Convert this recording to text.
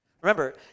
Remember